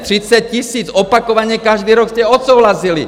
Třicet tisíc opakovaně každý rok jste odsouhlasili!